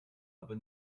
aber